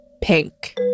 pink